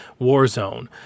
Warzone